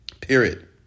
Period